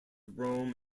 rome